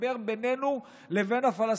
שיחבר בינינו לבין הפלסטינים,